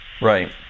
Right